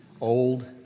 old